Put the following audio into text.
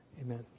Amen